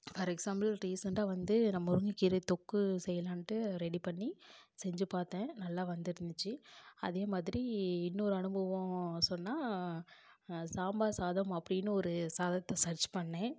for example ரீசன்ட்டாக வந்து நான் முருங்கைக்கீரை தொக்கு செய்யலான்ட்டு ரெடி பண்ணி செஞ்சு பார்த்தேன் நல்லா வந்துருந்துச்சு அதே மாதிரி இன்னொரு அனுபவம் சொன்னால் சாம்பார் சாதம் அப்படின்னு ஒரு சாதத்தை சர்ச் பண்ணுணேன்